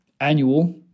annual